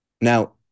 Now